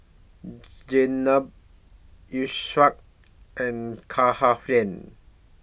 Jenab Yusuf and Cahaya